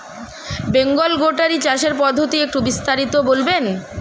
Bengal goatery চাষের পদ্ধতি একটু বিস্তারিত বলবেন?